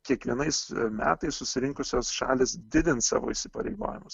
kiekvienais metais susirinkusios šalys didins savo įsipareigojimus